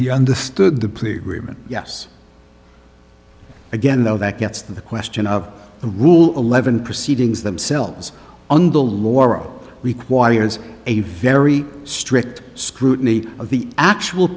he understood the plea agreement yes again though that gets to the question of the rule eleven proceedings themselves on the loro requires a very strict scrutiny of the actual